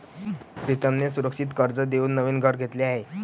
प्रीतमने सुरक्षित कर्ज देऊन नवीन घर घेतले आहे